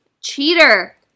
Cheater